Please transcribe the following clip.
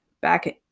back